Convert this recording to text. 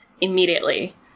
immediately